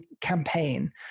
campaign